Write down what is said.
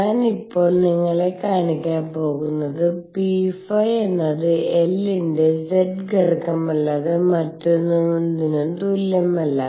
ഞാൻ ഇപ്പോൾ നിങ്ങളെ കാണിക്കാൻ പോകുന്നത് pϕ എന്നത് L ന്റെ z ഘടകമല്ലാതെ മറ്റൊന്നിനും തുല്യമല്ല